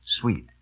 sweet